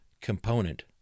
component